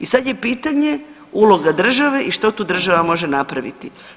I sad je pitanje uloga države i što tu država može napraviti?